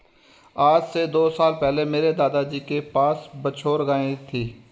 आज से दो साल पहले मेरे दादाजी के पास बछौर गाय थी